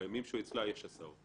א.כ.: בימים שהוא אצלה יש הסעות.